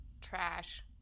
trash